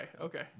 okay